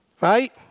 Right